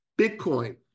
Bitcoin